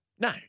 No